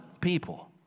people